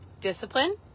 discipline